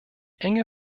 enge